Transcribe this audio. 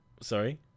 sorry